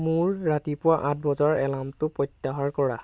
মোৰ ৰাতিপুৱা আঠ বজাৰ এলাৰ্মটো প্ৰত্যাহাৰ কৰা